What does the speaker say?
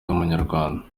w’umunyarwanda